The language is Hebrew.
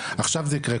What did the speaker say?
עכשיו זה ייקרה,